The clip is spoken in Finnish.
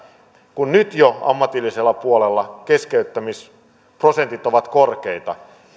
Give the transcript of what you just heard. kun nyt jo ammatillisella puolella keskeyttämisprosentit ovat korkeita